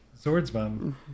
swordsman